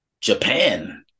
Japan